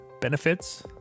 benefits